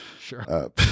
Sure